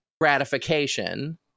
gratification